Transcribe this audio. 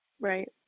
Right